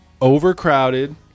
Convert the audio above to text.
overcrowded